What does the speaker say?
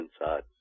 inside